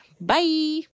Bye